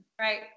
right